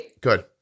good